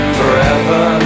forever